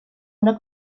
una